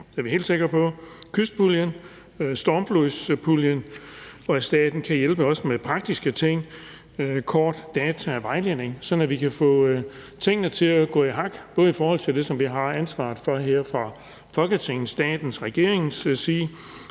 det er vi helt sikre på – kystpuljen, stormflodspuljen, og at staten også kan hjælpe med praktiske ting som kort, data og vejledning, sådan at vi kan få tingene til at gå i hak, både i forhold til det, som vi har ansvaret for her fra Folketingets, statens og regeringens side,